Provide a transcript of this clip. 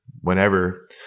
whenever